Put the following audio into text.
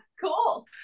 Cool